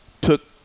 took